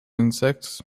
insects